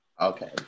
Okay